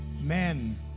Men